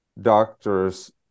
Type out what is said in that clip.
doctors